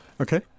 Okay